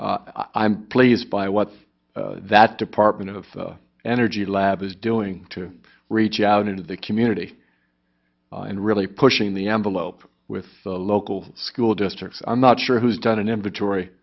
i'm pleased by what that department of energy lab is doing to reach out into the community and really pushing the envelope with local school districts i'm not sure who's done an inventory